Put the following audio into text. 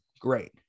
Great